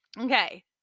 Okay